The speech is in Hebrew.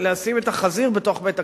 לשים את החזיר בתוך בית-הכנסת.